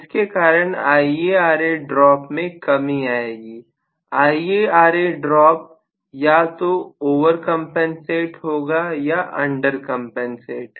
जिसके कारण IaRa drop में कमी आएगी IaRa ड्रॉप या तो ओवर कंपनसेट होगा या अंडर कंपनसेट